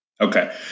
Okay